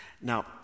Now